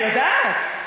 אני יודעת.